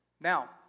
Now